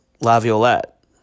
Laviolette